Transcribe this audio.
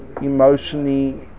emotionally